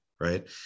right